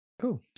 Cool